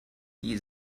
die